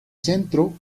centro